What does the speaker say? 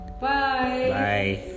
Bye